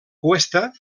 cuesta